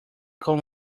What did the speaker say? con